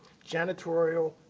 janitorial,